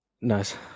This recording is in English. Nice